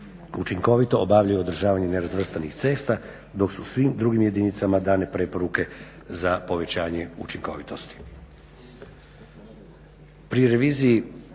učinkovito obavljaju održavanje nerazvrstanih cesta dok su svim drugim jedinicama dane preporuke za povećanje učinkovitosti.